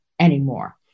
anymore